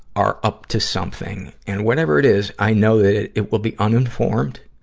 are up to something. and whatever it is, i know that it it will be uninformed.